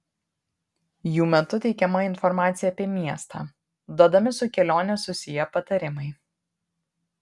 jų metu teikiama informacija apie miestą duodami su kelione susiję patarimai